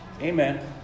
Amen